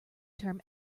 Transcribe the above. term